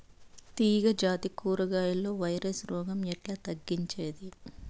తీగ జాతి కూరగాయల్లో వైరస్ రోగం ఎట్లా తగ్గించేది?